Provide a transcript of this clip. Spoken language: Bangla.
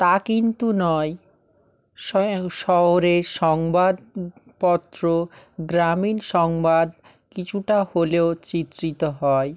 তা কিন্তু নয় শহরে সংবাদপত্র গ্রামীণ সংবাদ কিছুটা হলেও চিত্রিত হয়